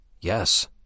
Yes